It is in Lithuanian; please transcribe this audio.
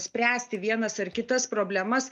spręsti vienas ar kitas problemas